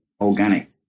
organic